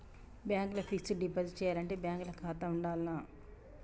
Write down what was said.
Bank ల fixed deposit చేయాలంటే bank ల ఖాతా ఉండాల్నా?